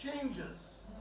changes